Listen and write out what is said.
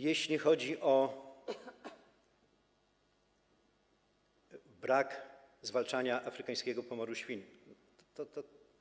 Jeśli chodzi o brak zwalczania afrykańskiego pomoru świń, to